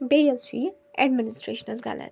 بیٚیہِ حظ چھِ یہِ اٮ۪ڈمِنسشٹرٛیشنَس غلطی